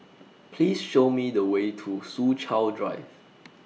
Please Show Me The Way to Soo Chow Drive